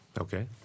Okay